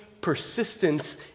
persistence